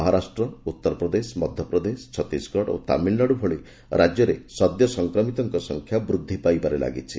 ମହାରାଷ୍ଟ୍ର ଉତ୍ତରପ୍ରଦେଶ ମଧ୍ୟପ୍ରଦେଶ ଛତିଶଗଡ ଓ ତାମିଲନାଡୁ ଭଳି ରାଜ୍ୟରେ ସଦ୍ୟ ସଂକ୍ରମିତମାନଙ୍କ ସଂଖ୍ୟା ବୃଦ୍ଧି ପାଇବାରେ ଲାଗିଛି